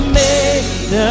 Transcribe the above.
made